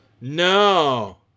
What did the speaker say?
No